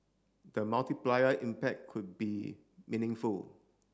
the multiplier impact could be meaningful